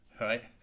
Right